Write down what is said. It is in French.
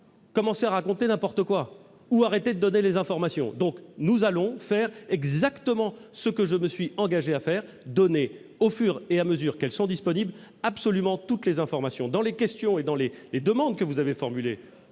commencer à raconter n'importe quoi ou arrêter de donner les informations pour autant. Nous allons faire exactement ce que je me suis engagé à faire : communiquer au fur et à mesure qu'elles sont disponibles absolument toutes les informations. Pour répondre aux demandes que vous avez formulées,